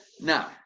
Now